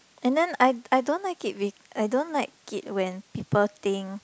and then I I don't like it be I don't like it when people think